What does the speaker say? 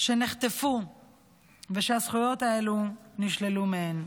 שנחטפו ושהזכויות האלו נשללו מהן.